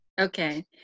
Okay